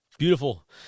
Beautiful